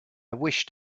wished